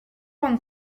vingt